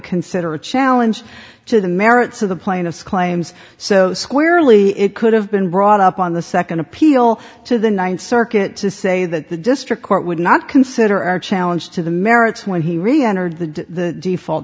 consider a challenge to the merits of the plaintiff's claims so squarely it could have been brought up on the second appeal to the ninth circuit to say that the district court would not consider our challenge to the merits when he reentered the default